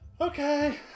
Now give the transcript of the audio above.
Okay